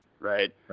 right